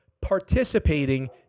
participating